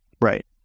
Right